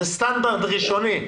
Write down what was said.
זה סטנדרט ראשוני.